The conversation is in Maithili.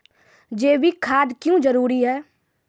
जैविक खाद क्यो जरूरी हैं?